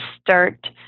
start